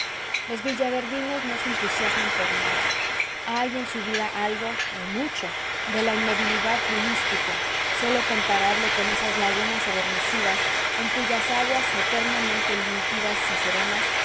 los villaverdinos no se entusiasman por nada hay en su vida algo o mucho de la inmovilidad budística sólo comparable con esas lagunas adormecidas en cuyas aguas eternamente límpidas y serenas